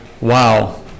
wow